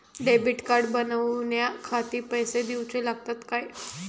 Debit card बनवण्याखाती पैसे दिऊचे लागतात काय?